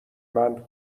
مند